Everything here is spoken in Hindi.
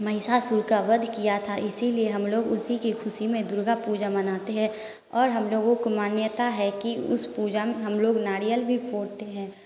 महिसासुर का वध किया था इसीलिए हम लोग उसी की खुशी में दुर्गा पूजा मनाते हैं और हम लोगों को मान्यता है कि उस पूजा में हम लोग नारियल भी फोड़ते हैं